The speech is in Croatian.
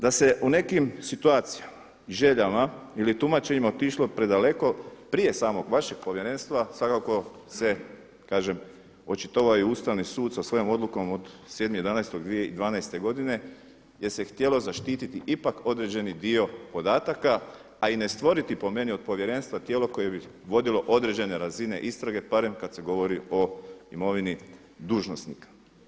Da se u nekim situacijama, željama ili tumačenjima otišlo predaleko prije samog vašeg Povjerenstva svakako se kažem očitovao i Ustavni sud sa svojom odlukom od 7.11.2012. jer se htjelo zaštiti ipak određeni dio podataka a i ne stvoriti po meni od Povjerenstva tijelo koje bi vodilo određene razine istrage barem kada se govori o imovini dužnosnika.